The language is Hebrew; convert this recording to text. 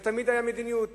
זאת תמיד היתה המדיניות,